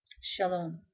Shalom